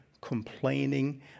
complaining